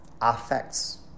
affects